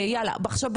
עכשיו,